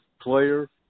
player